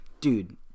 Dude